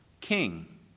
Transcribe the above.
king